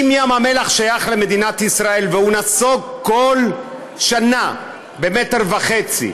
אם ים המלח שייך למדינת ישראל והוא נסוג בכל שנה במטר חצי,